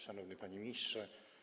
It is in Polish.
Szanowny Panie Ministrze!